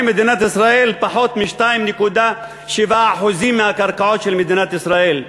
מדינת ישראל זה פחות מ-2.7% מהקרקעות של מדינת ישראל.